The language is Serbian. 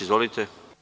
Izvolite.